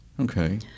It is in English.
Okay